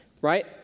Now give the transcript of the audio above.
right